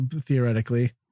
theoretically